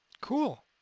cool